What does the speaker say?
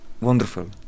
wonderful